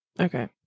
Okay